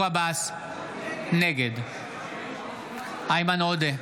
עבאס, נגד איימן עודה,